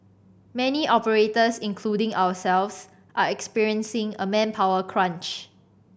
many operators including ourselves are experiencing a manpower crunch